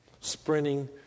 sprinting